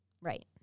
Right